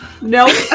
Nope